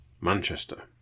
Manchester